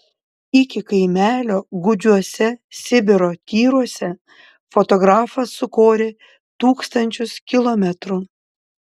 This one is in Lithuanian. iki kaimelio gūdžiuose sibiro tyruose fotografas sukorė tūkstančius kilometrų